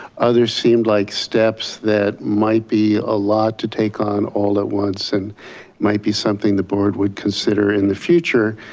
others seemed like steps that might be ah lot to take on all at once and might be something the board would consider in the future,